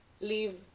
leave